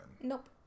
Nope